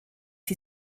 die